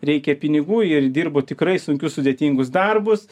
reikia pinigų ir dirbo tikrai sunkius sudėtingus darbus